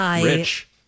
rich